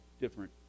different